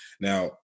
now